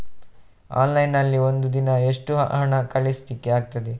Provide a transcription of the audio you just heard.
Online ನಲ್ಲಿ ಒಂದು ದಿನ ಎಷ್ಟು ಹಣ ಕಳಿಸ್ಲಿಕ್ಕೆ ಆಗ್ತದೆ?